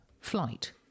Flight